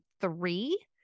three